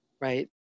right